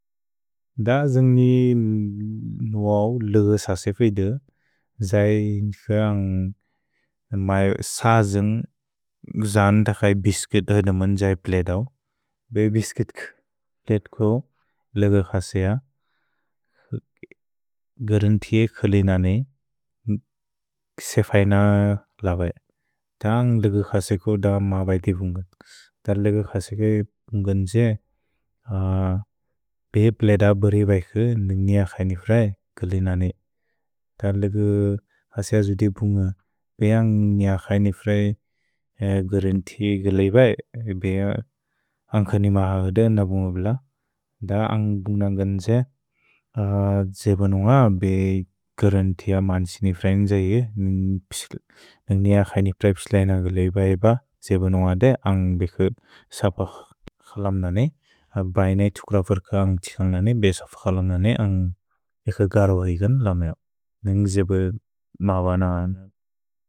द जन्ग्नि न्वव् ल्ग् क्ससे फेइद्, जय् निफे अन्ग् म स जन्ग् जन्तक्सै बिस्कित् अदमन् जय् प्ले दव्। भे बिस्कित् क् प्लते को ल्ग् क्ससे य। गरन्ति ए खलिन ने क्से फज्न लवे। द अन्ग् ल्ग् क्ससे को द म बैति पुन्ग। दर् ल्ग् क्ससे के पुन्गन् त्से पे प्ले दव् बरे बैकु न्क् निअ क्सै निफ्रै खलिन ने। दर् ल्ग् क्ससे य जुदि पुन्ग। पे अन्ग् निअ क्सै निफ्रै गरन्ति ग् लै बए बे अन्ग् ख निम हव्द न पुन्ग ब्ल। द अन्ग् पुन्ग न्गन् त्से जेब न्वद बे गरन्ति य मन्त्सि निफ्रै न्द्जै ए न्क् निअ क्सै निफ्रै पिस्लैन ग् लै बए बए जेब न्वद अन्ग् बेके सपक्स् क्सलम्न ने। भएन इ तुक्र फुर्क अन्ग् तिक्सन ने बे सपक्स् क्सलम्न ने अन्ग् ए ख गरु ऐग्न् ल मेओ। न्क् जेब मवन अन्।